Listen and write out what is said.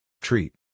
Treat